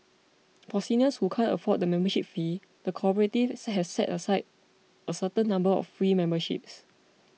for seniors who cannot afford the membership fee the cooperative has set aside a certain number of free memberships